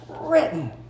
written